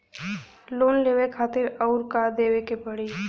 Loan लेवे खातिर अउर का देवे के पड़ी?